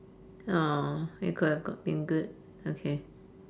!aww! it could have got been good okay